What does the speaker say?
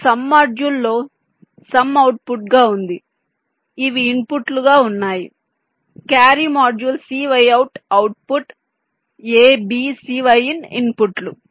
ఈ సమ్ మాడ్యూల్లో సమ్ అవుట్పుట్గా వుంది ఇవి ఇన్పుట్లుగా వున్నాయి carry module cy out output a b cy in ఇన్పుట్లు